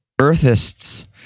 Earthists